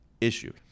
issue